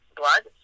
blood